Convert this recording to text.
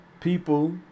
people